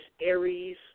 Aries